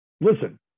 Listen